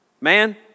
Man